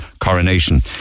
coronation